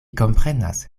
komprenas